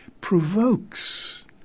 provokes